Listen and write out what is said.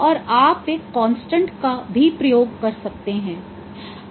और आप एक कांस्टेंट का भी प्रयोग कर सकते हैं